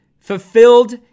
fulfilled